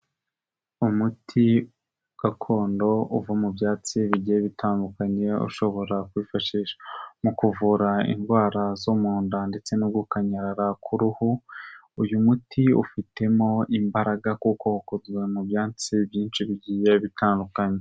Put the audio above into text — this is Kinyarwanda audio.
Umuti gakondo uva mu byatsi bigiye bitandukanye ushobora kwifashishwa mu kuvura indwara zo mu nda ndetse no gukanyara k'uruhu, uyu muti ufitemo imbaraga kuko ukozwe mu byatsi byinshi bigiye bitandukanye.